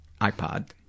iPod